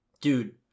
Dude